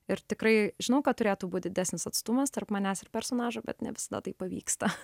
ir tikrai žinau kad turėtų būt didesnis atstumas tarp manęs ir personažo bet ne visada tai pavyksta